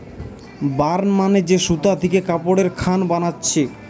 burn মানে যে সুতা থিকে কাপড়ের খান বানাচ্ছে